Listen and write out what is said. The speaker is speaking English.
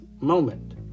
moment